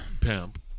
Pimp